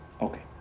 Okay